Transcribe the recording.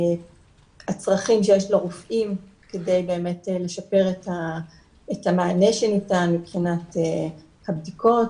הצרכים שיש לרופאים כדי באמת לשפר את המענה שניתן מבחינת הבדיקות,